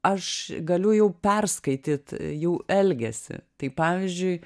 aš galiu jau perskaityt jų elgesį tai pavyzdžiui